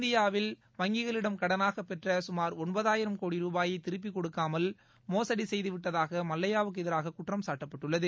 இந்தியாவில் வங்கிகளிடம் கடனாக பெற்ற சுமார் ரூபாயை திருப்பிக்கொடுக்காமல் மோசடி செய்து விட்டதாக மல்லையாவுக்கு எதிராக குற்றம் சாட்டப்பட்டுள்ளது